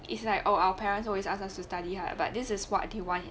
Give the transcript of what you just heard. its like oh our parents always ask us to study hard but this is what they want